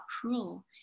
cruel